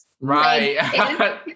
Right